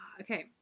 okay